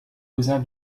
voisin